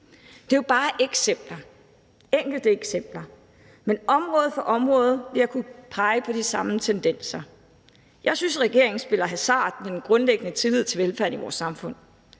Det er jo bare eksempler, enkelte eksempler, men område for område vil jeg kunne pege på de samme tendenser. Jeg synes, regeringen spiller hasard med den grundlæggende tillid til velfærden i vores samfund.